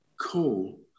call